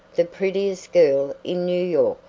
the prettiest girl in new york,